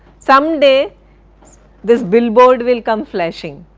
someday this bill board will come flashing,